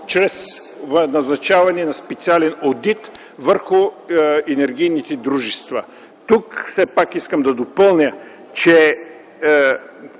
чрез назначаване на специален одит върху енергийните дружества. Тук искам да допълня, че